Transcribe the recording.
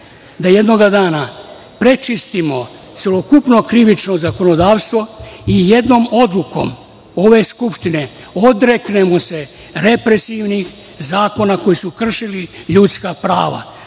da jednoga dana prečistimo celokupno krivično zakonodavstvo i jednom odlukom ove skupštine, odreknemo se represivnih zakona koji su kršili ljudska prava.